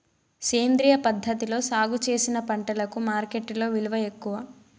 సేంద్రియ పద్ధతిలో సాగు చేసిన పంటలకు మార్కెట్టులో విలువ ఎక్కువ